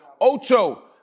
Ocho